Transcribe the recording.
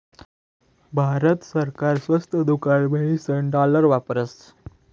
भारत सरकार स्वस्त दुकान म्हणीसन डालर वापरस